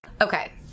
Okay